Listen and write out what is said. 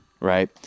right